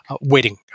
waiting